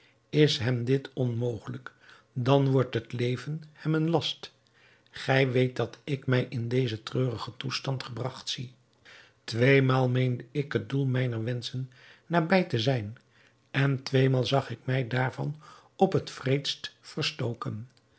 is hem dit onmogelijk dan wordt het leven hem een last gij weet dat ik mij in dezen treurigen toestand gebragt zie tweemaal meende ik het doel mijner wenschen nabij te zijn en tweemaal zag ik mij daarvan op het wreedst verstoken